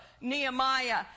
Nehemiah